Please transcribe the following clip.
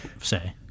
say